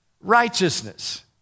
righteousness